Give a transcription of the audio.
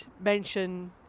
mention